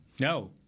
No